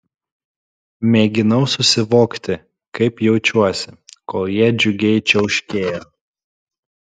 mėginau susivokti kaip jaučiuosi kol jie džiugiai čiauškėjo